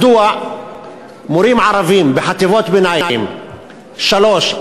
מדוע מורים ערבים בחטיבות ביניים שלוש,